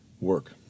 work